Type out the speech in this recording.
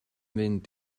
fynd